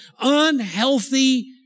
unhealthy